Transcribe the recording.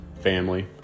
Family